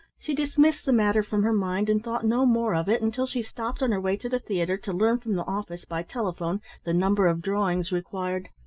she dismissed the matter from her mind, and thought no more of it until she stopped on her way to the theatre to learn from the office by telephone the number of drawings required.